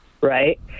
right